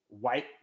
white